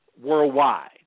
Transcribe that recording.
worldwide